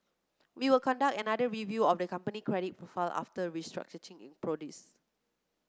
we will conduct another review of the company credit profile after the restructuring is produced